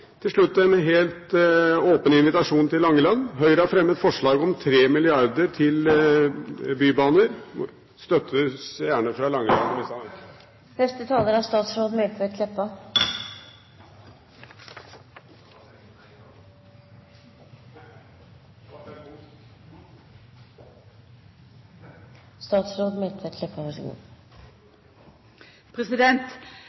Til slutt en helt åpen invitasjon til Langeland: Høyre har fremmet forslag om 3 mrd. kr til bybaner. Det må gjerne